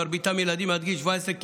מרביתם ילדים עד גיל 17,